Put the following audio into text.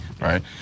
right